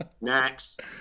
next